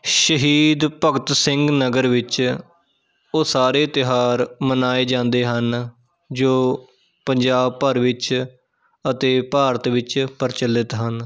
ਸ਼ਹੀਦ ਭਗਤ ਸਿੰਘ ਨਗਰ ਵਿੱਚ ਉਹ ਸਾਰੇ ਤਿਉਹਾਰ ਮਨਾਏ ਜਾਂਦੇ ਹਨ ਜੋ ਪੰਜਾਬ ਭਰ ਵਿੱਚ ਅਤੇ ਭਾਰਤ ਵਿੱਚ ਪ੍ਰਚਲਿਤ ਹਨ